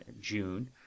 June